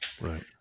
Right